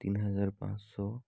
তিন হাজার পাঁচশো